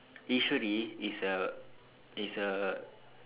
Eswari is a is a